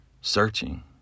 searching